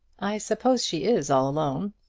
i suppose she is all alone.